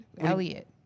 Elliot